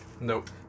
Nope